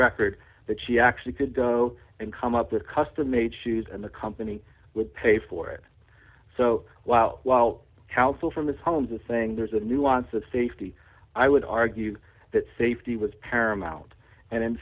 record that she actually could come up with a custom made shoes and the company would pay for it so while while counsel for ms holmes and saying there's a nuance of safety i would argue that safety was paramount and in